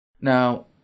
Now